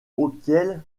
auquel